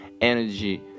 energy